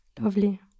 Lovely